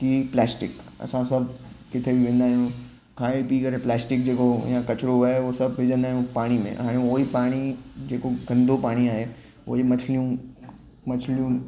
की प्लास्टिक असां सभु किथे बि वेंदा आहियूं खाई पी करे प्लास्टिक जेको या कचरो आहे उहो सभु विझंदा आहियूं पाणी में हाणे उहेई पाणी जेको गंदो पाणी आहे उहेई मछलियूं मछलियूं